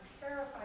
terrified